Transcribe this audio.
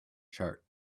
chart